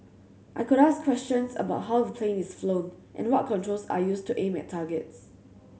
I could ask questions about how the plane is flown and what controls are used to aim at targets